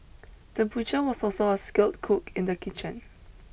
the butcher was also a skilled cook in the kitchen